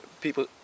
people